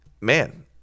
man